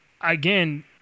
again